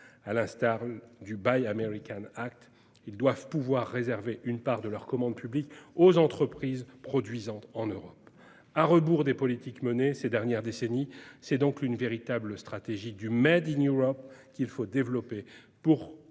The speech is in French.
les États de l'Union doivent pouvoir réserver une part de leur commande publique aux entreprises produisant en Europe. À rebours des politiques menées ces dernières décennies, c'est donc une véritable stratégie du qu'il faut développer pour